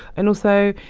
and also,